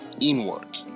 inward